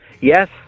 Yes